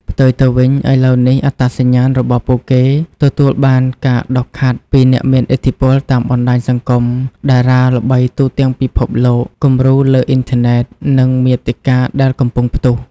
ផ្ទុយទៅវិញ ឥឡូវនេះអត្តសញ្ញាណរបស់ពួកគេទទួលបានការដុសខាត់ពីអ្នកមានឥទ្ធិពលតាមបណ្តាញសង្គម តារាល្បីទូទាំងពិភពលោក គំរូលើអ៊ីនធឺណិត និងមាតិកាដែលកំពុងផ្ទុះ។